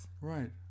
Right